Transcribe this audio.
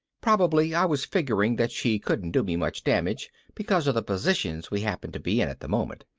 probably i was figuring that she couldn't do me much damage because of the positions we happened to be in at the moment.